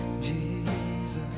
Jesus